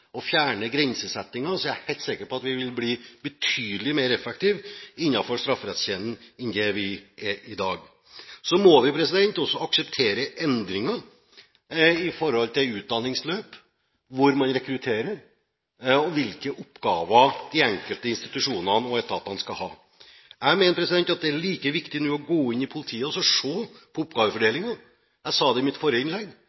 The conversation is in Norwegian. fjerne grensesettingen, er jeg helt sikker på at vi vil bli betydelig mer effektive innenfor strafferettskjeden enn det vi er i dag. Så må vi også akseptere endringer i et utdanningsløp hvor man rekrutterer, og med tanke på hvilke oppgaver de enkelte institusjonene og etatene skal ha. Jeg mener at det er like viktig nå å gå inn i politiet og se på oppgavefordelingen. Jeg sa det i mitt forrige innlegg